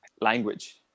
language